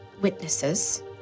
witnesses